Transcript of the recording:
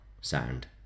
sound